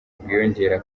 bwiyongera